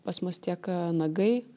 pas mus tiek nagai